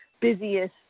busiest